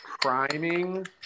priming